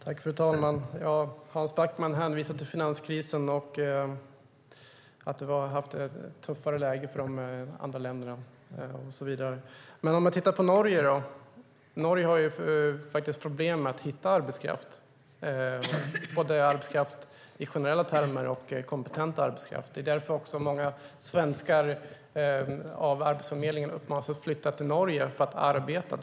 Fru talman! Hans Backman hänvisar till finanskrisen och att det varit ett tuffare läge för de andra länderna. Låt oss i stället titta på Norge. Norge har problem med att hitta arbetskraft, både i generella termer och i form av kompetent arbetskraft. Det är därför många svenskar av Arbetsförmedlingen uppmanas att flytta till Norge för att arbeta.